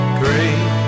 great